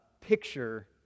picture